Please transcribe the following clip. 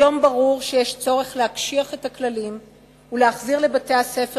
היום ברור שיש צורך להקשיח את הכללים ולהחזיר לבתי-הספר